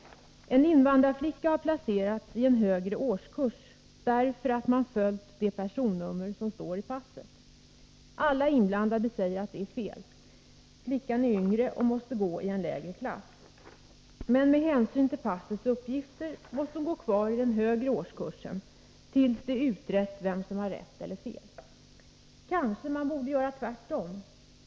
En invandrarflicka har placerats i en högre årskurs, därför att man följt det personnummer som står i passet. Alla inblandade säger att det är fel — flickan är yngre och måste gå i en lägre klass. Men med hänsyn till passets uppgifter måste hon gå kvar i den högre årskursen tills det är utrett vem som har rätt eller fel. Kanske man borde göra tvärtom?